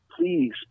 please